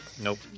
Nope